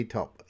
Top